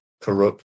corrupt